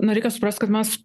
na reikia suprast kad mes